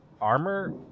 armor